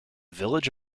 village